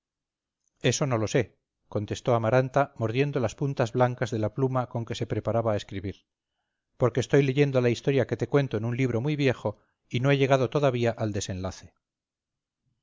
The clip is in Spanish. eso no lo sé contestó amaranta mordiendo las puntas blancas de la pluma con que se preparaba a escribir porque estoy leyendo la historia que te cuento en un libro muy viejo y no he llegado todavía al desenlace